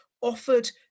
offered